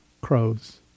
crows